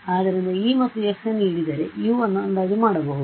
ಆದ್ದರಿಂದ e ಮತ್ತು X ನೀಡಿದರೆ U ಅನ್ನು ಅಂದಾಜು ಮಾಡಬಹುದು